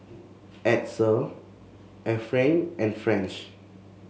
Edsel Efrain and French